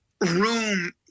room